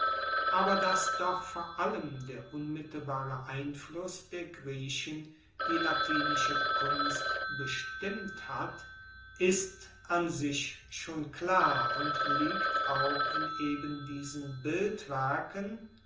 aber dass doch vor allem der unmittelbare einfluss der griechen die latinische kunst bestimmt hat ist an sich schon klar und liegt auch in eben diesen